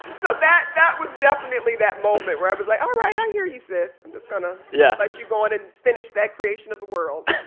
so that that was definitely that moment where i was like, all right, i hear you, sis. i'm just going to. yeah. let you go on and finish that creation of the world.